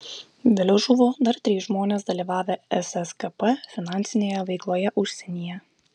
vėliau žuvo dar trys žmonės dalyvavę sskp finansinėje veikloje užsienyje